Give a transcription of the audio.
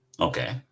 Okay